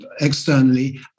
externally